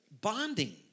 bonding